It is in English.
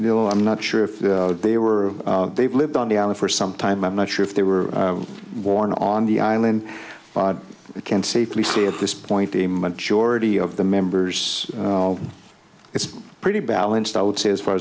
you know i'm not sure if they were they've lived on the island for some time i'm not sure if they were born on the island but i can safely say at this point the majority of the members it's pretty balanced i would say as far